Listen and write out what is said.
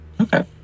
Okay